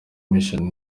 vision